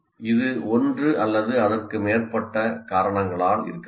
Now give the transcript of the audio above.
இது ஒன்று அல்லது அதற்கு மேற்பட்ட காரணங்களால் இருக்கலாம்